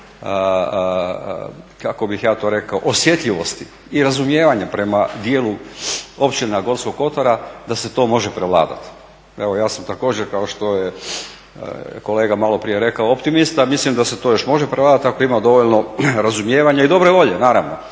kako bih ja to rekao osjetljivosti i razumijevanja prema dijelu općina Gorskog Kotar da se to može prevladati. Evo ja sam također kao što je kolega malo prije rekao optimista, mislim da se to još može prevladati ako ima dovoljno razumijevanja i dobre volje naravno,